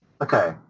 Okay